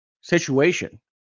situation